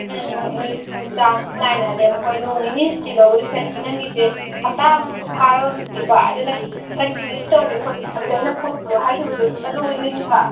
ꯍꯣꯏ ꯅꯣꯡ ꯅꯤꯅꯤ ꯁꯨꯇꯤ ꯂꯧꯕꯗꯤ ꯐꯩ ꯑꯗꯨ ꯅꯪꯒꯤꯁꯦ ꯍꯞꯇꯥ ꯑꯃꯃꯨꯛ ꯐꯥꯔꯕ ꯃꯥꯜꯂꯤꯀꯣ ꯑꯗꯨꯅ ꯀꯟꯇꯤꯅ꯭ꯌꯨ ꯇꯧꯒꯦ ꯈꯣꯠꯀꯦ ꯍꯥꯏꯕꯗ ꯑꯩꯅ ꯄ꯭ꯔꯨꯐꯇꯨ ꯍꯥꯏꯈꯤꯕꯗꯨ ꯑꯗꯨ ꯑꯣꯏꯗꯣꯏꯅꯤꯀꯣ